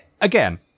again